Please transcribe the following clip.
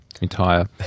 entire